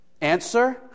Answer